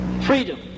Freedom